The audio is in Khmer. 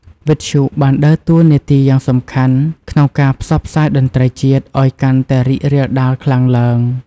វិទ្យុជាតិ បានដើរតួនាទីយ៉ាងសំខាន់ក្នុងការ ផ្សព្វផ្សាយតន្ត្រីជាតិ ឲ្យកាន់តែរីករាលដាលខ្លាំងទ្បើង។